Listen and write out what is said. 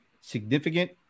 significant